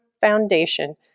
foundation